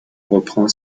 reprend